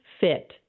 fit